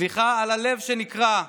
סליחה על הלב שנקרע,